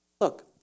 Look